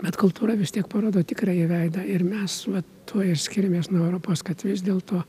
bet kultūra vis tiek parodo tikrąjį veidą ir mes vat tuo ir skiriamės nuo europos kad vis dėlto